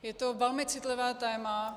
Je to velmi citlivé téma.